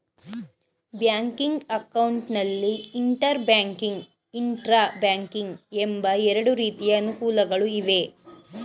banking account ನಲ್ಲಿ inter banking, intra banking ಎಂಬ ಎರಡು ರೀತಿಯ ಅನುಕೂಲಗಳು ಇವೆ